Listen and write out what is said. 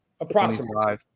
approximately